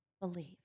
believe